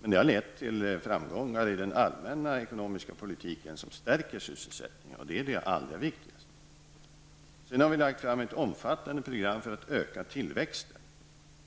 Men de har lett till framgångar i den allmänna ekonomiska politiken som stärker sysselsättningen, och det är det allra viktigaste. Vi har också lagt fram ett omfattande program för att öka tillväxten,